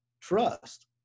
trust